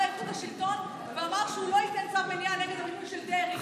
לאיכות השלטון ואמר שהוא לא ייתן צו מניעה נגד המינוי של דרעי,